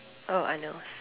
oh Arnold's